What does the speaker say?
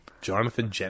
Jonathan